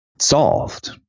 solved